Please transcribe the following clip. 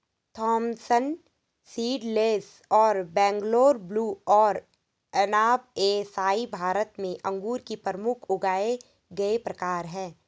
Thompson seedless और Bangalore blue और अनब ए शाही भारत में अंगूर के प्रमुख उगाए गए प्रकार हैं